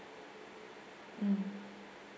mm